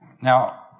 Now